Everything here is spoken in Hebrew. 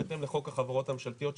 בהתאם לחוק החברות הממשלתיות,